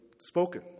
spoken